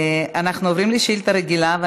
רבותיי, אנחנו עוברים לשאילתה רגילה.